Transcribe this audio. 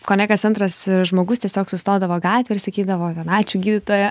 kone kas antras žmogus tiesiog sustodavo gatvėj ir sakydavo ten ačiū gydytoja